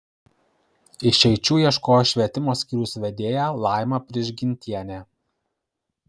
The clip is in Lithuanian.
išeičių ieškojo švietimo skyriaus vedėja laima prižgintienė